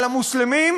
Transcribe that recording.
על המוסלמים,